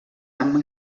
amb